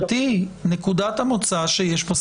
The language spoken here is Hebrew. נקודת המוצא שיש פה,